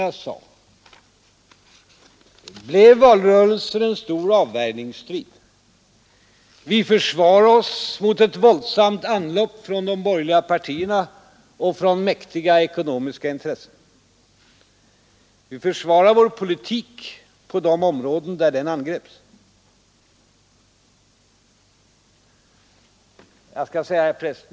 Jag glömde förut att säga något om valrörelsen till herr Hermansson. Jag skall göra det nu.